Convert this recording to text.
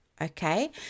okay